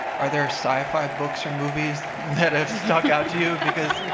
are there sci-fi books or movies that have stuck out to you, because,